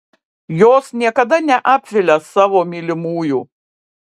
jos niekada neapvilia savo mylimųjų